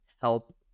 help